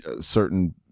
certain